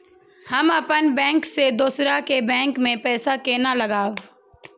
हम अपन बैंक से दोसर के बैंक में पैसा केना लगाव?